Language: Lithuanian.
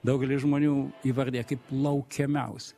daugelis žmonių įvardija kaip laukiamiausią